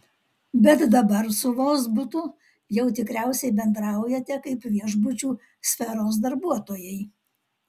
bet dabar su vozbutu jau tikriausiai bendraujate kaip viešbučių sferos darbuotojai